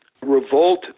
revolt